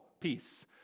peace